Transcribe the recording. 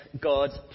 god's